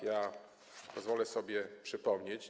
Ja pozwolę sobie to przypomnieć.